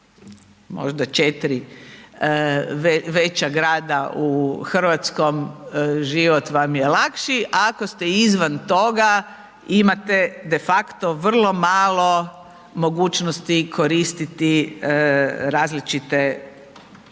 možda 4 veća grada u Hrvatskom, život vam je lakši, a ako ste izvan toga, imate de facto vrlo malo mogućnosti koristiti različite recimo